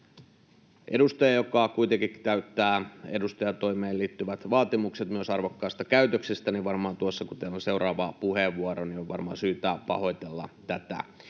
edustaja, joka kuitenkin täyttää myös edustajan toimeen liittyvät vaatimukset arvokkaasta käytöksestä, että varmaan tuossa, kun teillä on seuraava puheenvuoro, on syytä pahoitella tätä.